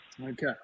Okay